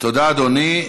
תודה, אדוני.